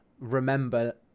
remember